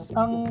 ang